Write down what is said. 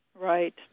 Right